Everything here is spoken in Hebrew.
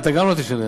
אתה גם לא תשלם.